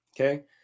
Okay